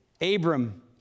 Abram